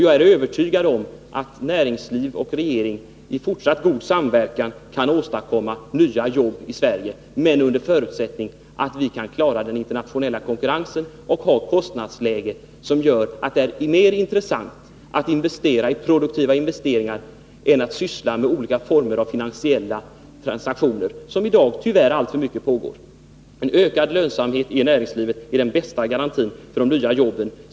Jag är övertygad om att näringsliv och regering i fortsatt god samverkan kan åstadkomma nya jobb i Sverige, under förutsättning att vi kan klara den internationella konkurrensen och har ett kostnadsläge som gör produktiva investeringar mer intressanta än olika former av finansiella transaktioner, som man i dag tyvärr sysslar med alltför mycket. En ökad lönsamhet i näringslivet är den bästa garantin för jobben.